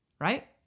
right